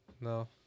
No